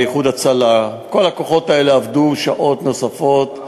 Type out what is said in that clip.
לאיחוד הצלה" כל הכוחות האלה עבדו שעות נוספות,